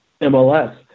MLS